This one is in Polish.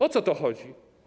O co tu chodzi?